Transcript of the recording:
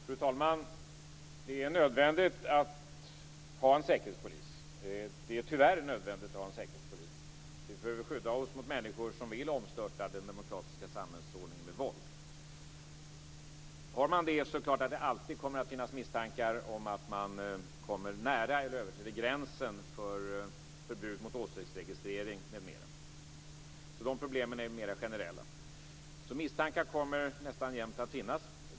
Fru talman! Det är tyvärr nödvändigt att ha en säkerhetspolis, därför att vi behöver skydda oss mot människor som vill omstörta den demokratiska samhällsordningen med våld. Har man det, är det klart att det alltid kommer att finnas misstankar om att man kommer nära eller överträder gränsen för förbud mot åsiktsregistrering m.m. Så de problemen är mer generella. Misstankar kommer alltså nästan jämt att finnas.